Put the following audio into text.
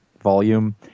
volume